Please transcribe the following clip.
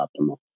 optimal